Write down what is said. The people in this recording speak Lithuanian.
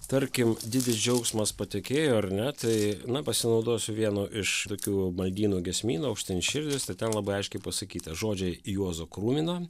tarkim didis džiaugsmas patekėjo ar ne tai na pasinaudosiu vienu iš tokių maldynų giesmynų aukštyn širdis tai ten labai aiškiai pasakyta žodžiai juozo krūmino